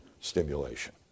stimulation